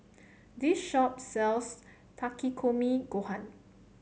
this shop sells Takikomi Gohan